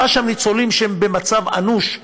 ראה שם ניצולים שהם במצב אנוש,